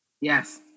Yes